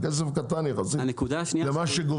זה כסף קטן יחסית למה שגובים.